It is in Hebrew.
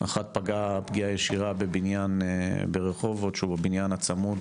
אחת פגעה פגיעה ישירה בבניין ברחובות שהוא הבניין הצמוד